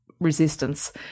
resistance